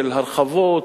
של הרחבות,